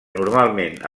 normalment